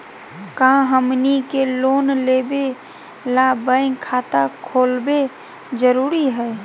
का हमनी के लोन लेबे ला बैंक खाता खोलबे जरुरी हई?